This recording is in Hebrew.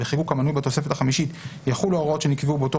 בחיקוק המנוי בתוספת החמישית יחולו ההוראות שנקבעו באותו